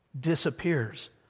disappears